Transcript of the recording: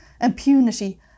impunity